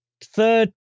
Third